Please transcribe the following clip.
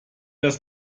das